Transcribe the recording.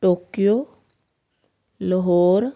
Tokyo Lahore